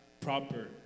proper